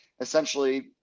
essentially